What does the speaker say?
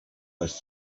first